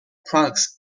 products